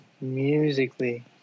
Musically